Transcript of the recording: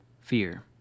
Fear